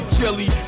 jelly